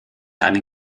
einen